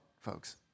folks